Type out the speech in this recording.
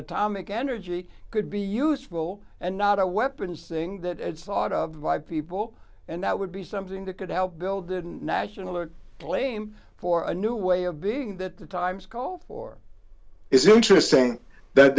atomic energy could be useful and not a weapons thing that a lot of my people and that would be something that could help build a national or claim for a new way of being that the times call for is interesting that